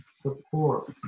support